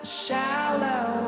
shallow